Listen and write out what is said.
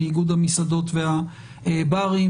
מאיגוד המסעדות והברים.